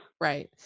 right